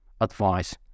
advice